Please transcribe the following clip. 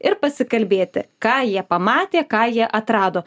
ir pasikalbėti ką jie pamatė ką jie atrado